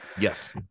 Yes